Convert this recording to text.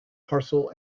parcel